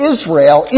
Israel